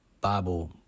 Bible